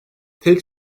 tek